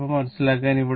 അല്പം മനസ്സിലാക്കൽ